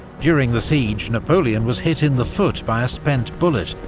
during the siege, napoleon was hit in the foot by a spent bullet,